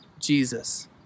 Jesus